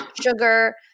sugar